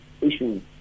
issues